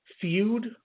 feud